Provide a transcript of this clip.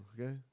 okay